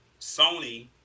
sony